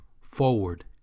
forward